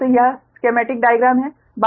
तो यह schematic diagram है